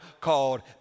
called